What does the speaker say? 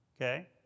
okay